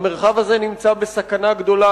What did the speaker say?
המרחב הזה נמצא בסכנה גדולה,